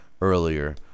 earlier